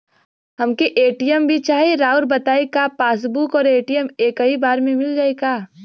हमके ए.टी.एम भी चाही राउर बताई का पासबुक और ए.टी.एम एके बार में मील जाई का?